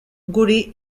guri